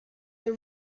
the